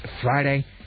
Friday